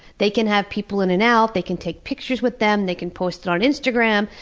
they can have people in and out, they can take pictures with them, they can post it on instagram,